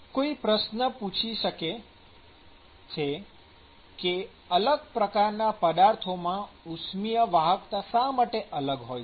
કોઈ પ્રશ્ન પૂછી શકે છે કે અલગ પ્રકારના પદાર્થોમાં ઉષ્મિય વાહકતા શા માટે અલગ હોય છે